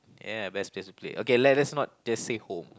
yeah best place to play okay let let's not just say home